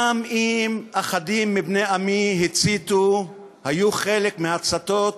גם אם אחדים מבני עמי הציתו, היו חלק מההצתות,